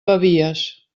pavies